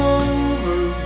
over